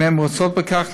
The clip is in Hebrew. אם הן רוצות בכך,